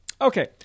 Okay